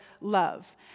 love